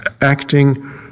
acting